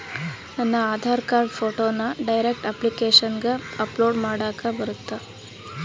ನನ್ನ ಆಧಾರ್ ಕಾರ್ಡ್ ಫೋಟೋನ ಡೈರೆಕ್ಟ್ ಅಪ್ಲಿಕೇಶನಗ ಅಪ್ಲೋಡ್ ಮಾಡಾಕ ಬರುತ್ತಾ?